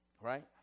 Right